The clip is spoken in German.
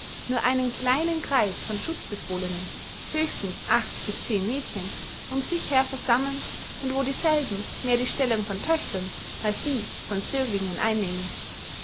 nur einen kleinen kreis von schutzbefohlnen höchstens acht bis zehn mädchen um sich her versammeln und wo dieselben mehr die stellung von töchtern als die von zöglingen einnehmen